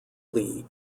league